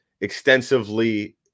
extensively